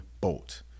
Bolt